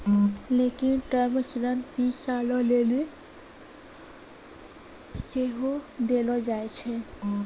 लेनिक टर्म ऋण तीस सालो लेली सेहो देलो जाय छै